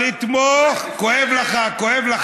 כואב לך.